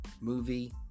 movie